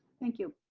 thank you.